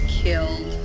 killed